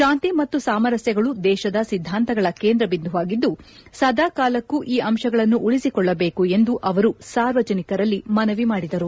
ಶಾಂತಿ ಮತ್ತು ಸಾಮರಸ್ವಗಳು ದೇತದ ಸಿದ್ದಾಂತಗಳ ಕೇಂದ್ರ ಬಿಂದುವಾಗಿದ್ದು ಸದಾ ಕಾಲಕ್ಕೂ ಈ ಅಂತಗಳನ್ನು ಉಳಿಸಿಕೊಳ್ಳಬೇಕು ಎಂದು ಅವರು ಸಾರ್ವಜನಿಕರಲ್ಲಿ ಮನವಿ ಮಾಡಿದರು